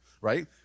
right